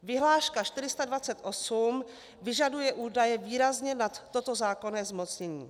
Vyhláška 428 vyžaduje údaje výrazně nad toto zákonné zmocnění.